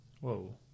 Whoa